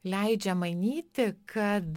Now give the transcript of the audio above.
leidžia manyti kad